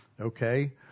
Okay